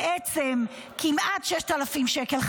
כמעט 6,000 שקל,